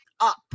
up